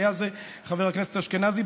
חבר הכנסת אשכנזי,